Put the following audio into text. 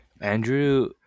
Andrew